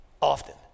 often